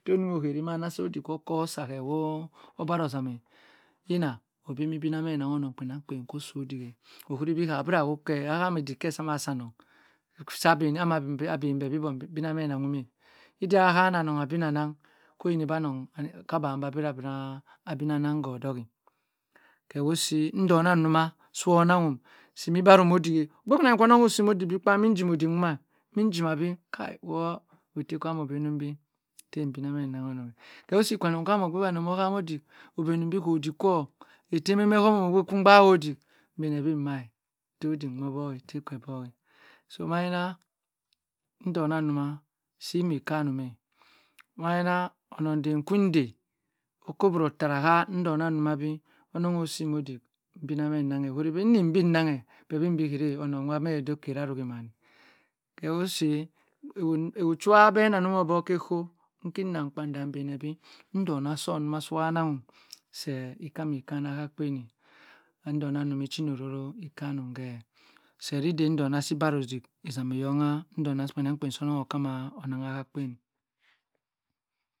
Teh oniahen manasa oddik okoh sa kewoh baro zhan eh yina obenibe biname nanghonong kpienangkpien kpien ko so ddik ohunibe ko abirawhokeh ahamah iddik seh sama sah anong, a bamy beh si bong binamehknawhome idah ha anong abinang koyini bi anong ka binang ko dokeh kewose nddonah duma swonanghum si mi barry nkoh dhie ogbe dannu ononh oh si mo ddik bi kpa imjimoddik duma imjima bi woh otte kwam obenumbi heh mbinamhe nnang onong kewo si kwanong kwam ogbe danny omoh hanghe ddik obenumbi oddik kwo ettem omoh humum bo ogbe ku ngbaoddik, embenebi mma tey oddik moh oboeh tẹẹ per bo-eh, so maging ndonah dumah si mi kanumeh maina onong dhem ku dhe oko obiro tara ha ndongha duma bi onongh osim oddika mbiname nnanghe ohuribe ini bin nanghe bhe bhanum bi kareh onong ma meh ovoh kari arurimaneh kewosi awuchua abeh nanghanobok ka koo nkinam mmkpanagham nza benebi ndona soh sua nahum seh ikami kana ah akpien sa dinny ndongha si barrowddik izami yongha ndongha kpienangkpien okama nangha akpien